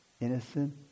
Innocent